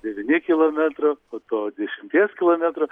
devyni kilometro po to dešimties kilometrų